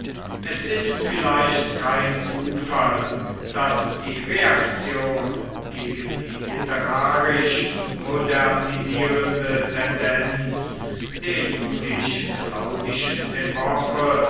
es ist vielleicht kein zufall daß die reaktion gegen die literarisch modernisierende tendenz der julisch claudischen epoche